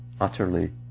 utterly